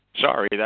Sorry